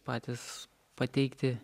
patys pateikti